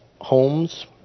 homes